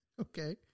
Okay